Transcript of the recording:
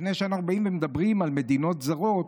לפני שאנחנו באים ומדברים על מדינות זרות,